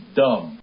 dumb